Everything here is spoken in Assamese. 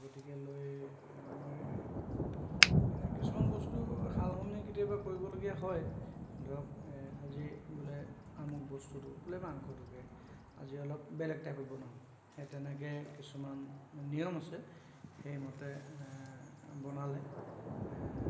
গতিকেলৈ মই কিছুমান বস্তু কেতিয়াবা সাল সলনি কৰিবলগীয়া হয় ধৰক আজি বোলে আমুক বস্তুটো বোলে মাংসটোকে আজি অলপ বেলেগ টাইপত বনাওঁ সেই তেনেকৈ কিছুমান নিয়ম আছে সেইমতে বনালে